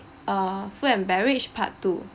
err food and beverage part two